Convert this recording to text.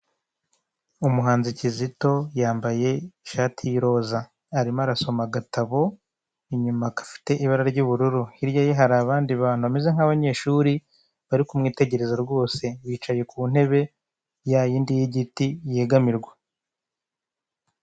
Umuhazni Kizito yambaye ishati y'iroza. Arimo arasoma agatabo inyuma gafite ibara ry'ubururu. Hirya ye hari abantu bameze nk'abanyeshuri bari kumwitegereza rwose yicaye ku ntebe yayindi y'igiti cyegamirwa.